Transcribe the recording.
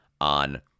on